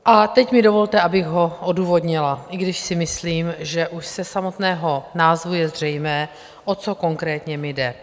A teď mi dovolte, abych ho odůvodnila, i když si myslím, že už ze samotného názvu je zřejmé, o co konkrétně mi jde.